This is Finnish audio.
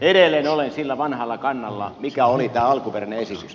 edelleen olen sillä vanhalla kannalla mikä oli tämä alkuperäinen esitys